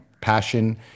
passion